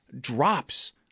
Drops